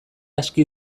aski